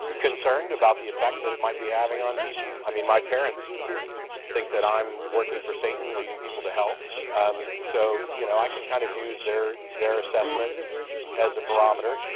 concerned about the effect that it might be having on people. i mean my parents think that i'm working for satan leading people to hell um so you know i can kind of use their their assessment as a barometer.